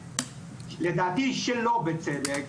לפי דעתי שלא בצדק,